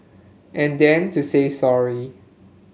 and then to say sorry